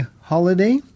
holiday